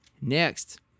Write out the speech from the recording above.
Next